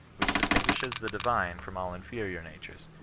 which distinguishes the divine from all inferior natures,